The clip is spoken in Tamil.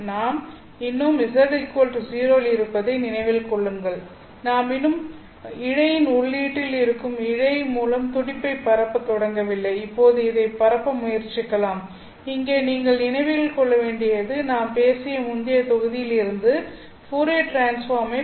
நாம் இன்னும் z 0 இல் இருப்பதை நினைவில் கொள்ளுங்கள் நாம் இன்னும் உள்ளீட்டில் இருக்கும் இழை மூலம் துடிப்பைப் பரப்பத் தொடங்கவில்லை இப்போது இதைப் பரப்ப முயற்சிக்கலாம் இங்கே நீங்கள் நினைவில் கொள்ள வேண்டியது நான் பேசிய முந்தைய தொகுதியிலிருந்து ஃபோரியர் டிரான்ஸ்பார்ம் ஐ